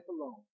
alone